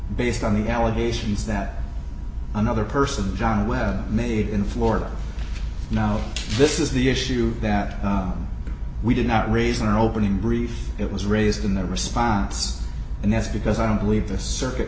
based on the allegations that another person donna would have made in florida now this is the issue that we did not raise in our opening brief it was raised in their response and that's because i don't believe the circuit